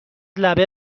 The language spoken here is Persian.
لبه